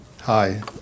Hi